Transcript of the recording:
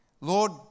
Lord